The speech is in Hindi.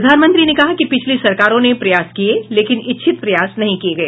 प्रधानमंत्री ने कहा कि पिछली सरकारों ने प्रयास किए लेकिन इच्छित प्रयास नहीं किए गए